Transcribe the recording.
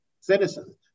citizens